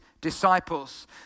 disciples